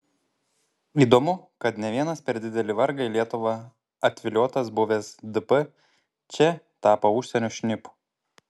įdomu kad ne vienas per didelį vargą į lietuvą atviliotas buvęs dp čia tapo užsienio šnipu